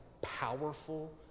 powerful